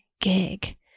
gig